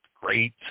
great